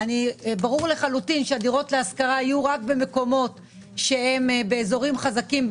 ברור לחלוטין שהדירות להשכרה יהיו רק במקומות שהם באזורים חזקים,